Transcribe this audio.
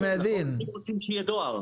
אם רוצים שיהיה דואר.